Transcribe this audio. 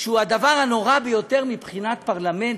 שהוא הדבר הנורא ביותר מבחינת הפרלמנט,